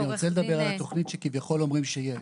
אני רוצה לדבר על התוכנית שכביכול אומרים שיש.